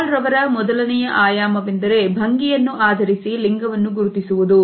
ಹಾಲ್ ರವರ ಮೊದಲನೆಯ ಆಯಾಮವೆಂದರೆ ಭಂಗಿಯನ್ನು ಆದರಿಸಿ ಲಿಂಗವನ್ನು ಗುರುತಿಸುವುದು